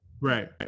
right